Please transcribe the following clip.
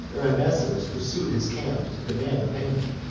their ambassadors pursued his camp, to demand the payment,